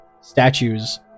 statues